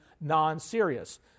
non-serious